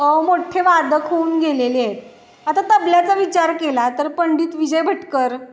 मोठ्ठे वादक होऊन गेलेले आहेत आता तबल्याचा विचार केला तर पंडित विजय भटकर